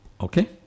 Okay